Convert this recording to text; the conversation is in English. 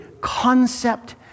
concept